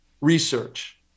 research